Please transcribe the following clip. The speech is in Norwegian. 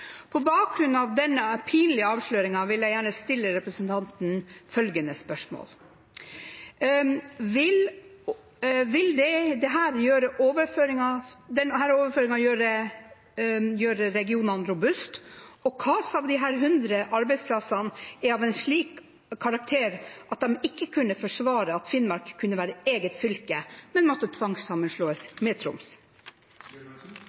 På bakgrunn av denne pinlige avsløringen vil jeg gjerne stille representanten følgende spørsmål: Vil denne overføringen gjøre regionene robuste, og hvilke av disse 100 arbeidsplassene er av en slik karakter at de ikke kunne forsvare at Finnmark kunne være et eget fylke, men måtte